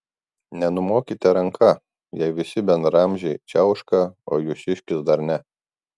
nenumokite ranka jei visi bendraamžiai čiauška o jūsiškis dar ne